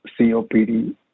COPD